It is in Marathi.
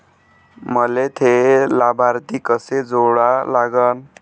मले थे लाभार्थी कसे जोडा लागन?